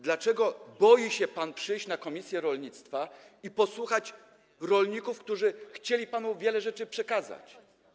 Dlaczego boi się pan przyjść na posiedzenie komisji rolnictwa, by posłuchać rolników, którzy chcieli panu wiele rzeczy przekazać?